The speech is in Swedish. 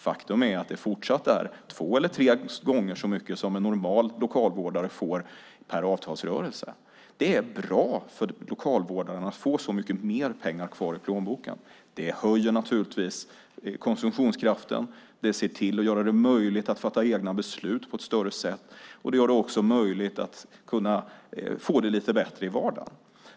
Faktum är att det fortsatt är två eller tre gånger så mycket som en normal lokalvårdare får per avtalsrörelse. Det är bra för lokalvårdarna att få så mycket mer kvar i plånboken. Det höjer konsumtionskraften, gör det mer möjligt att fatta egna beslut, gör det möjligt att kunna få det lite bättre i vardagen.